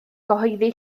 gyhoeddi